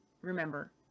remember